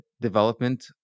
development